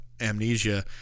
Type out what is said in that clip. amnesia